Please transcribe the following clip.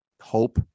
hope